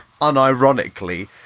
unironically